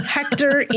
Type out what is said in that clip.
Hector